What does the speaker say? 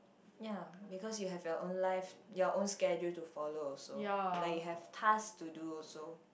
ya because you have your own life your own schedule to follow also like you have task to do also